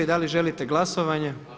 Da li želite glasovanje?